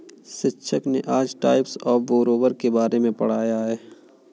शिक्षिका ने आज टाइप्स ऑफ़ बोरोवर के बारे में पढ़ाया है